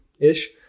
ish